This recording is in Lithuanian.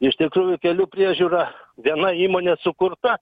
iš tikrųjų kelių priežiūra viena įmonė sukurta